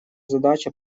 задача